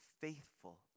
faithful